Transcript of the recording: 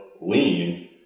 lean